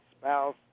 spouse